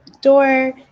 door